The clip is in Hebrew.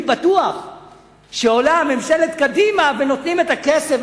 בטוח שעולה ממשלת קדימה ונותנים את הכסף,